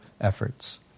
efforts